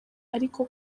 ariko